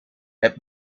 het